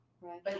Right